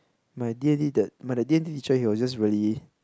my D-and-T the my the D-and-T teacher he was just really